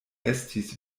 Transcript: estis